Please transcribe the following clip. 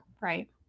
Right